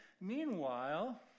Meanwhile